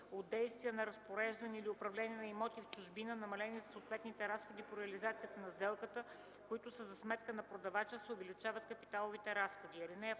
от действия на разпореждане и управление на имоти в чужбина, намалени със съответните разходи по реализацията на сделката, които са за сметка на продавача, се увеличават капиталовите разходи.